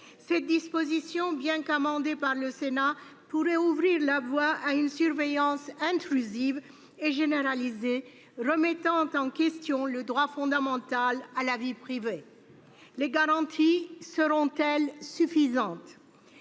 Cette disposition, bien qu'elle ait été amendée par le Sénat, pourrait ouvrir la voie à une surveillance intrusive et généralisée remettant en question le droit fondamental au respect de la vie privée. Les garanties envisagées seront-elles suffisantes ?